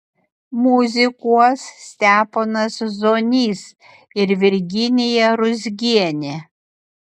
muzikuos steponas zonys ir virginija ruzgienė